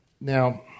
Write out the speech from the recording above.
Now